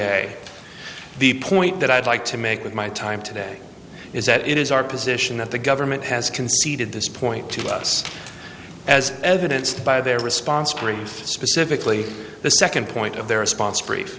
day the point that i'd like to make with my time today is that it is our position that the government has conceded this point to us as evidenced by their response green specifically the second point of their response brief